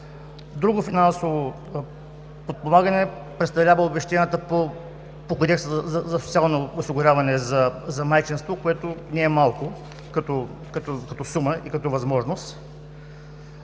Друго финансово подпомагане представляват обезщетенията по Кодекса за социално осигуряване за майчинство, което не е малко като сума и като възможност.